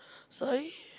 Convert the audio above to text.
sorry